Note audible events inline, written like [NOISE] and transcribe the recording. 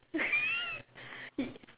[LAUGHS] it